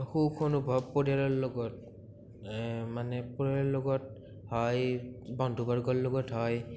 আৰু সুখ অনুভৱ পৰিয়ালৰ লগত মানে পৰিয়ালৰ লগত হয় বন্ধু বৰ্গৰ লগত হয়